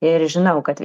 ir žinau kad